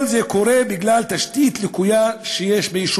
כל זה קורה בגלל תשתית לקויה ביישובים.